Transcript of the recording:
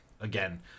again